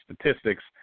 statistics